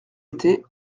était